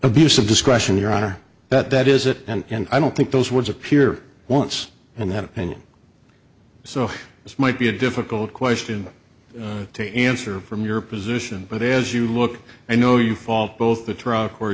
of discretion your honor that that is it and i don't think those words appear once and that any so this might be a difficult question to answer from your position but as you look i know you fault both the tr